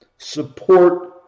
support